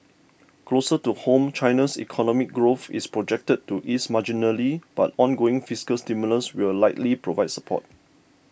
closer to home China's economic growth is projected to ease marginally but ongoing fiscal stimulus will likely provide support